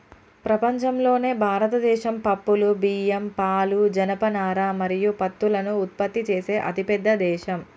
ప్రపంచంలోనే భారతదేశం పప్పులు, బియ్యం, పాలు, జనపనార మరియు పత్తులను ఉత్పత్తి చేసే అతిపెద్ద దేశం